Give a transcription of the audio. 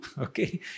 Okay